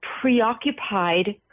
preoccupied